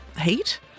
Heat